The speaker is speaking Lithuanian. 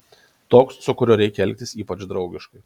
toks su kuriuo reikia elgtis ypač draugiškai